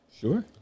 Sure